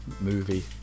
movie